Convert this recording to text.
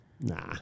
Nah